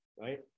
right